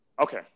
Okay